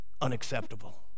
Unacceptable